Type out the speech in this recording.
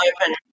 open